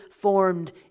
formed